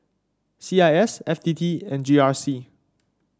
C I S F T T and G R C